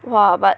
!wah! but